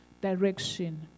direction